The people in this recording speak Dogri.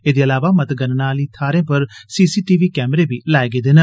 एहदे अलावा मतगणना आहली थाहें पर सीसीटीवी कैमरे बी लाए गेदे न